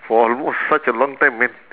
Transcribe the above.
for almost such a long time man